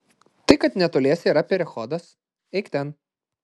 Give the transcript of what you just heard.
tai kad netoliese yra perechodas eik ten